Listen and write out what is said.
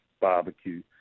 barbecue